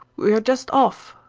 we are just off,